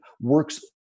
works